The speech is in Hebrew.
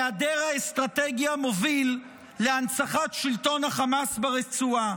היעדר האסטרטגיה מוביל להנצחת שלטון חמאס ברצועה.